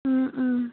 Om Om